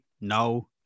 no